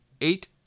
eight